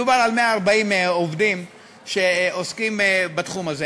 מדובר על 140 עובדים שעוסקים בתחום הזה.